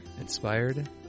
Inspired